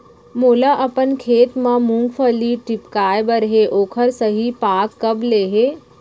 मोला अपन खेत म मूंगफली टिपकाय बर हे ओखर सही पाग कब ले हे?